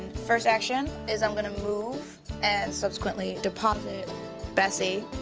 first action is i'm gonna move and subsequently deposit bessie,